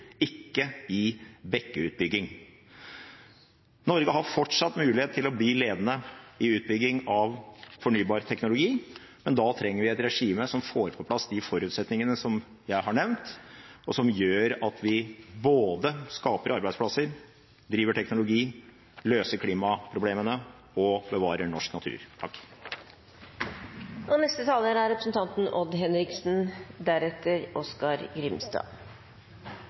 ikke i bekkeutbygging. Norge har fortsatt mulighet til å bli ledende innen utbygging av fornybarteknologi, men da trenger vi et regime som får på plass de forutsetningene som jeg har nevnt, og som gjør at vi både skaper arbeidsplasser, driver teknologi, løser klimaproblemene og bevarer norsk natur. Det er